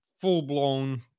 full-blown